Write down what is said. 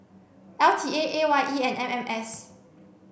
L T A A Y E and M M S